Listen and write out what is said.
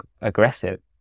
aggressive